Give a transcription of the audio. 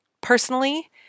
Personally